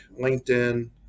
LinkedIn